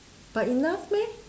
but enough meh